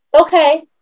okay